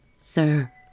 sir